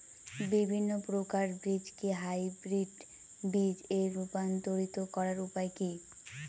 বিভিন্ন প্রকার বীজকে হাইব্রিড বীজ এ রূপান্তরিত করার উপায় কি?